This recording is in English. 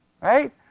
right